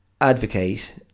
advocate